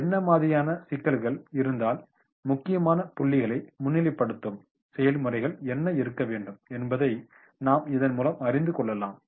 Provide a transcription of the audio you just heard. என்ன மாதிரியான சிக்கல்கள் இருந்தால் முக்கிய புள்ளிகளை முன்னிலைப்படுத்தும் செயல்முறைகள் என்ன இருக்க வேண்டும் என்பதை நாம் இதன்முலம் அறிந்துகொள்ளலாம்